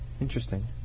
Interesting